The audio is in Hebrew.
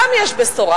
גם יש בשורה.